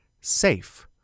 SAFE